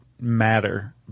matter